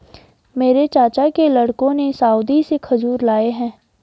मेरे चाचा के लड़कों ने सऊदी से खजूर लाए हैं